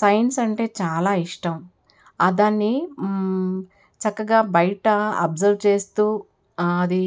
science అంటే చాలా ఇష్టం ఆ దాన్ని చక్కగా బయట అబ్జర్వ్ చేస్తూ అది